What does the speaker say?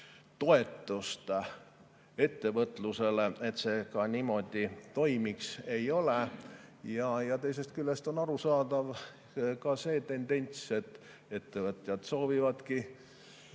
ettevõtlusele, et see ka niimoodi toimiks. Teisest küljest on arusaadav ka see tendents, et ettevõtjad soovivadki